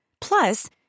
Plus